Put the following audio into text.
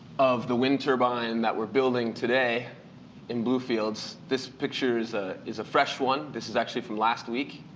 of the wind turbine that we're building today in blue fields. this picture is ah is a fresh one. this is actually from last week.